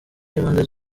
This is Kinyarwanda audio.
n’impande